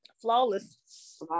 Flawless